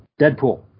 Deadpool